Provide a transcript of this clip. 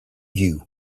you